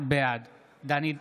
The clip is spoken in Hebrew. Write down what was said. בעד דני דנון,